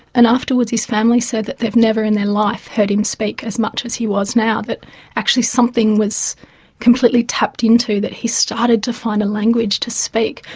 and afterwards his family said that they've never in their life heard him speak as much as he was now, that actually something was completely tapped into, that he started to find a language to speak.